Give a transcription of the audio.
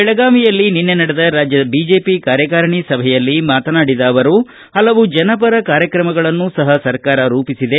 ಬೆಳಗಾವಿಯಲ್ಲಿ ನಡೆದ ರಾಜ್ಯ ಬಿಜೆಪಿ ಕಾರ್ಯಕಾರಿಣಿ ಸಭೆಯಲ್ಲಿ ಮಾತನಾಡಿದ ಅವರು ಹಲವು ಜನಪರ ಕಾರ್ಯಕ್ರಮಗಳನ್ನು ಸಹ ರೂಪಿಸಿದೆ